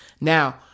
Now